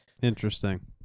interesting